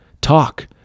talk